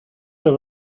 that